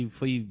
foi